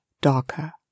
darker